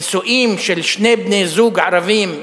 הנישואים של שני בני-זוג ערבים,